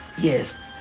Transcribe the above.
Yes